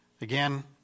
Again